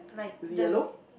is it yellow